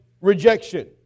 rejection